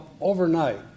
overnight